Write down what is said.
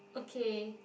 okay